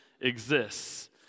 exists